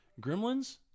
Gremlins